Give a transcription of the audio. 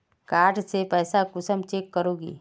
Card से पैसा कुंसम चेक करोगी?